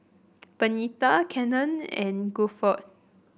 Benita Cannon and Guilford